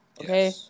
okay